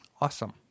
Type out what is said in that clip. Awesome